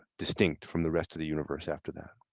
distinct from the rest of the universe after that.